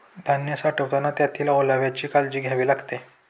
धान्य साठवताना त्यातील ओलाव्याची काळजी घ्यावी लागते